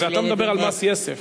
אתה מדבר על מס יסף.